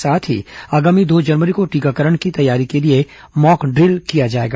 साथ ही आगामी दो जनवरी को टीकाकरण की तैयारी के लिए मॉकड्रिल किया जाएगा